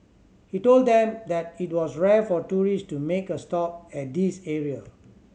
he told them that it was rare for tourist to make a stop at this area